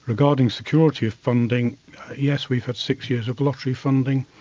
regarding security of funding yes, we've had six years of lottery funding,